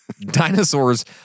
dinosaurs